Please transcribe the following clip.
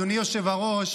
אדוני היושב-ראש,